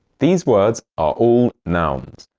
these words are all nouns.